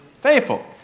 faithful